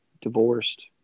divorced